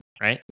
Right